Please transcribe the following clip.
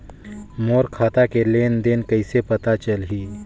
मोर खाता के लेन देन कइसे पता चलही?